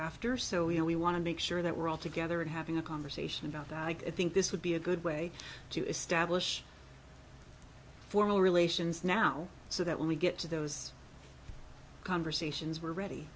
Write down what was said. after so you know we want to make sure that we're all together and having a conversation about i think this would be a good way to establish formal relations now so that when we get to those conversations we're ready